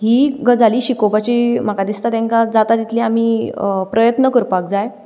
ही गजाली शिकोवपाची म्हाका दिसता तेंकां जाता तितली आमी प्रयत्न करपाक जाय